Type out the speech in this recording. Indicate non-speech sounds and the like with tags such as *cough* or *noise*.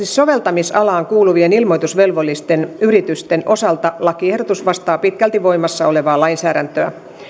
*unintelligible* soveltamisalaan kuuluvien ilmoitusvelvollisten yritysten osalta lakiehdotus vastaa pitkälti voimassa olevaa lainsäädäntöä